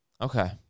Okay